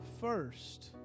first